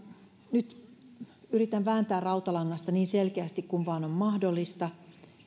nyt yritän vääntää rautalangasta niin selkeästi kuin vain on mahdollista